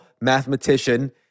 mathematician